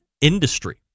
industry